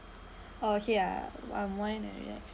oh here unwind and relax